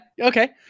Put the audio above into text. Okay